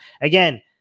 again